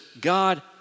God